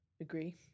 Agree